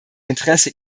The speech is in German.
interesse